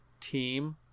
team